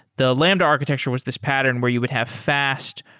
the lambda architecture was this pattern where you would have fast,